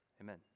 Amen